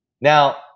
Now